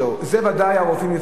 בזה ודאי הרופאים הפסידו.